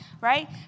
right